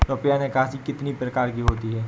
रुपया निकासी कितनी प्रकार की होती है?